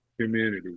community